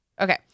Okay